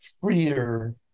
freer